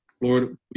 Lord